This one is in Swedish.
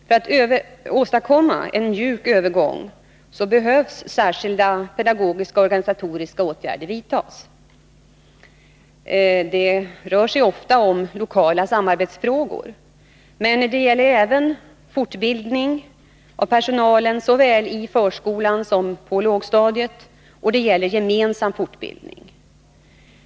För att åstadkomma en mjuk övergång behöver särskilda pedagogiska och organisatoriska åtgärder vidtas. Det kan ofta röra sig om lokala samarbetsfrågor. Men det gäller även fortbildningen av personalen, såväl i förskolan som på lågstadiet, och det gäller gemensam fortbildning.